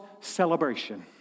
celebration